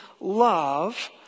love